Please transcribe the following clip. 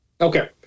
Okay